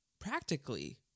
practically